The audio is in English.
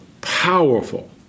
powerful